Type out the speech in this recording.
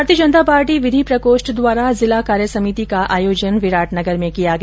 भारतीय जनता पार्टी विधि प्रकोष्ठ द्वारा जिला कार्य समिति का आयोजन विराटनगर मे किया गया